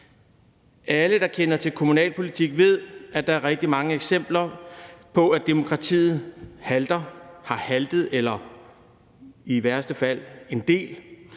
Alle, der kender til kommunalpolitik, ved, at der er rigtig mange eksempler på, at demokratiet halter eller har haltet, og i værste fald en del.